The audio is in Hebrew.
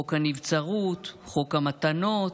חוק הנבצרות, חוק המתנות,